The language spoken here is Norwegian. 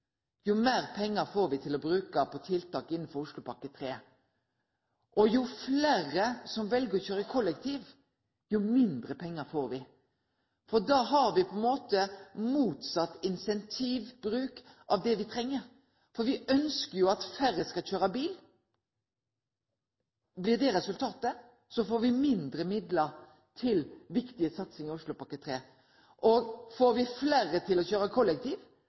jo meir pengar får me til å bruke på tiltak innanfor Oslopakke 3, og jo fleire som vel å kjøre kollektivt, jo mindre pengar får me. Da har me på ein måte motsett incentivbruk av det me treng. Me ønskjer jo at færre skal kjøre bil. Blir det resultatet, får me mindre midlar til viktige satsingar i Oslopakke 3. Får me fleire til å